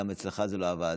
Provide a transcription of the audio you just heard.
גם אצלך זה לא עבד?